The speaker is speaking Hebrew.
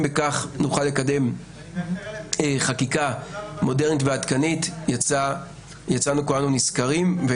אם בכך נוכל לקדם חקיקה מודרנית ועדכנית יצאנו כולנו נשכרים.